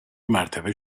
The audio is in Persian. مرتبه